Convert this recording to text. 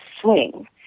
swing